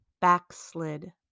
backslid